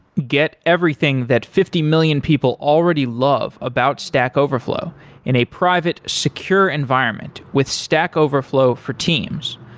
get everything that fifty million people already love about stack overflow in a private secure environment with stack overflow for teams.